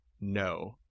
No